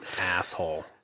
asshole